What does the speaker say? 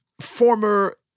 former